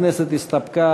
הכנסת הסתפקה